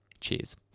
Cheers